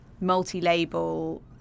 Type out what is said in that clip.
multi-label